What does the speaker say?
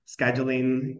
scheduling